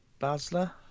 Basler